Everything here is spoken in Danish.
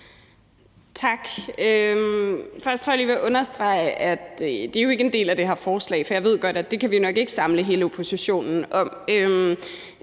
lige, jeg vil understrege, at det jo ikke er en del af det her forslag, for jeg ved godt, at det kan vi nok ikke samle hele oppositionen om.